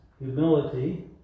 humility